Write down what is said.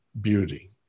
beauty